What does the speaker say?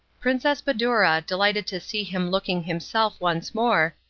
princess badoura, delighted to see him looking himself once more,